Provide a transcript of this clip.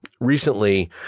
Recently